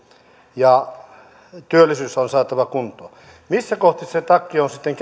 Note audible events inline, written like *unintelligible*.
ja työllisyys on saatava kuntoon missä kohtaa se takki on sitten *unintelligible*